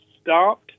stopped